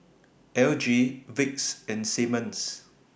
L G Vicks and Simmons